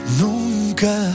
Nunca